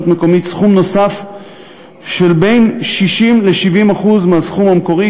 מקומית סכום נוסף של בין 60% ל-70% מהסכום המקורי.